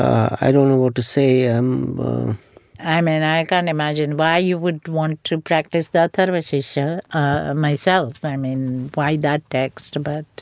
i don't know what to say um i mean, i can't imagine why you would want to practice that atharvashirsha ah myself i mean, why that text, but.